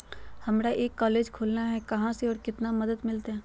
हमरा एक कॉलेज खोलना है, कहा से और कितना मदद मिलतैय?